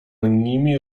nimi